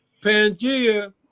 pangea